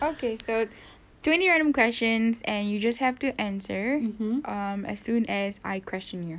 okay so twenty random questions and you just have to answer um as soon as I question you